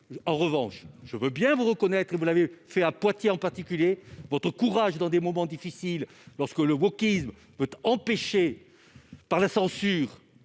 en revanche, je veux bien reconnaître et vous l'avez fait à Poitiers, en particulier, votre courage dans des moments difficiles lorsque le wokisme empêchée par la censure,